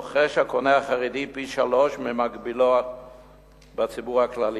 רוכש הקונה החרדי פי-שלושה ממקבילו בציבור הכללי,